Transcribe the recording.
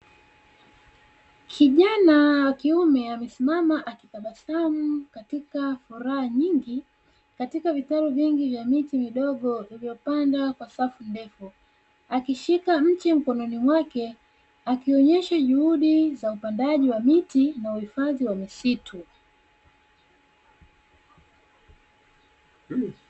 Kijana wa kiume amesimama akitabasamu katika furaha nyingi, katika vitalu vingi vya miti midogo vilivyopandwa kwa safu ndefu. Akishika mti mkononi mwake, akionyesha juhudi za upandaji wa miti na uhifadhi wa misitu.